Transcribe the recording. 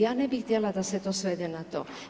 Ja ne bih htjela da se to svede na to.